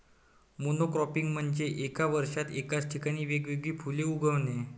monocropping म्हणजे एका वर्षात एकाच ठिकाणी वेगवेगळी फुले उगवणे